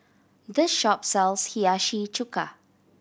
this shop sells Hiyashi Chuka